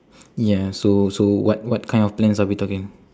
ya so so what what kind of plans are we talking